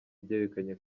byerekanye